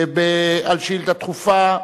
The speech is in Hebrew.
על שאילתא דחופה